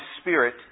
Spirit